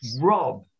Rob